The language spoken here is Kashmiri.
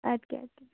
اَدٕ کیٛاہ اَدٕ کیٛاہ